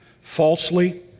falsely